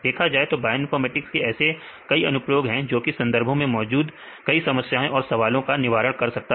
देखा जाए तो बायोइनफॉर्मेटिक्स के ऐसे कई अनुप्रयोग हैं जोकि संदर्भों में मौजूद कई समस्याओं और सवालों का निवारण कर सकता है